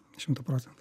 šimtu procentų